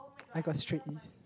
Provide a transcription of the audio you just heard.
I got straight A